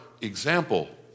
example